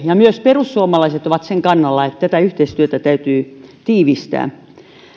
ja myös perussuomalaiset on sen kannalla että tätä yhteistyötä täytyy tiivistää